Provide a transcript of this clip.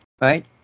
Right